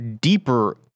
deeper